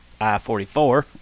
I-44